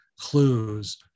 clues